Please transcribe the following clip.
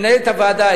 מנהלת הוועדה,